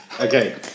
Okay